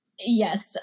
Yes